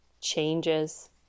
changes